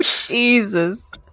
Jesus